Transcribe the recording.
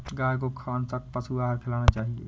गाय को कौन सा पशु आहार खिलाना चाहिए?